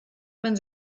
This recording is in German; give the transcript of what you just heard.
man